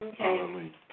Okay